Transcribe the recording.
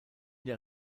der